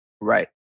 Right